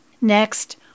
Next